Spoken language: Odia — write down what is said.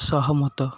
ସହମତ